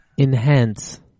enhance